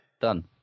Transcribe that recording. Done